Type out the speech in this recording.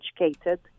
educated